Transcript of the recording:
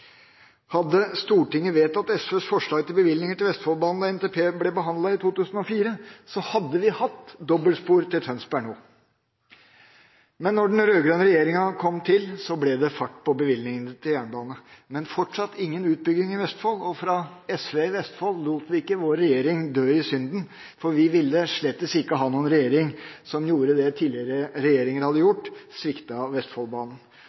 Hadde Stortinget vedtatt SVs forslag til bevilgninger til Vestfoldbanen da NTP-en ble behandlet i 2004, hadde vi hatt dobbeltspor til Tønsberg nå. Da den rød-grønne regjeringa kom, ble det fart på bevilgningene til jernbane, men fortsatt ingen utbygging i Vestfold. SV i Vestfold lot ikke vår regjering dø i synden, for vi ville slett ikke ha en regjering som gjorde det tidligere regjeringer hadde gjort, sviktet Vestfoldbanen.